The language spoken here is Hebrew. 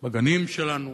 בגנים שלנו,